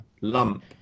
lump